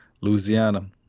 Louisiana